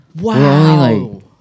Wow